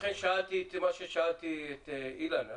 לכן שאלתי את מה ששאלתי את אילן בנימין.